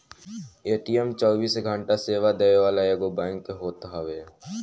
ATM चौबीसों घंटा सेवा देवे वाला एगो बैंक होत हवे